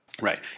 Right